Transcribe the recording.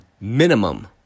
minimum